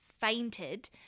fainted